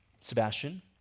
Sebastian